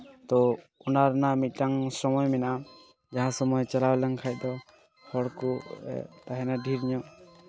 ᱛᱚ ᱚᱱᱟ ᱨᱮᱱᱟᱜ ᱢᱤᱫᱴᱟᱝ ᱥᱚᱢᱚᱭ ᱢᱮᱱᱟᱜᱼᱟ ᱡᱟᱦᱟᱸ ᱥᱚᱢᱚᱭ ᱪᱟᱞᱟᱣ ᱞᱮᱱᱠᱷᱟᱡ ᱫᱚ ᱦᱚᱲᱠᱚ ᱛᱟᱦᱮᱱᱟ ᱰᱷᱤᱨ ᱧᱚᱜ